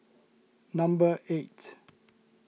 number eight